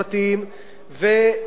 ואולי,